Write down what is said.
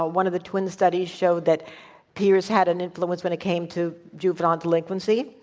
ah one of the twin studies showed that peers had an influence when it came to juvenile delinquency.